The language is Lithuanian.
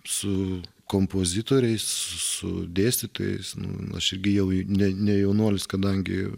su kompozitoriais su dėstytojais aš irgi jau ne ne jaunuolis kadangi